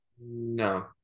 No